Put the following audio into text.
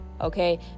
okay